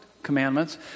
commandments